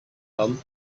tom